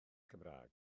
cymraeg